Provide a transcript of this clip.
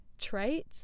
Trait